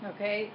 Okay